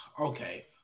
okay